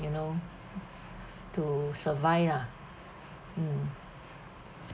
you know to survive ah mm